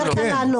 יותר קל לענות.